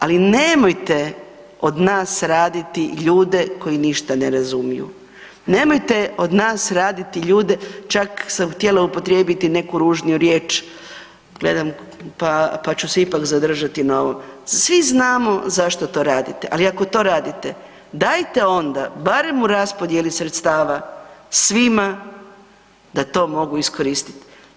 Ali nemojte od nas raditi ljude koji ništa ne razumiju, nemojte od nas raditi ljude čak sam htjela upotrijebiti neku ružnu riječ pa ću se ipak zadržati na ovom, svi znamo zašto to radite, ali ako to radite dajte onda barem u raspodjeli sredstava svima da to mogu iskoristiti.